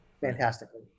fantastically